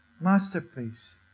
Masterpiece